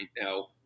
Now